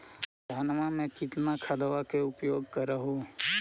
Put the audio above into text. धानमा मे कितना खदबा के उपयोग कर हू?